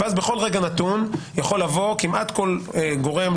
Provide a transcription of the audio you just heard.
ואז בכל רגע נתון יכול לבוא כמעט כל גורם,